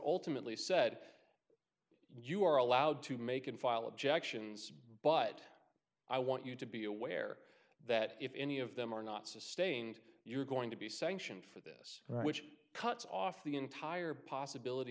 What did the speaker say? ultimately said you are allowed to make and file objections but i want you to be aware that if any of them are not sustained you're going to be sanctioned for this which cuts off the entire possibility